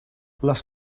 les